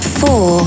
four